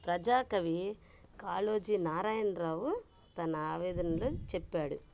ప్రజా కవి కాళోజీ నారాయణరావు తన ఆవేదనలో చెప్పాడు